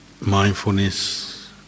mindfulness